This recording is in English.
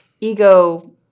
ego